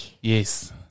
Yes